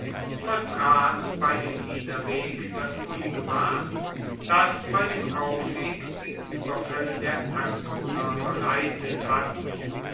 vertrat bei dem niederweg das ungemach das bei dem aufweg die ueberfaelle der anwohner bereitet hatten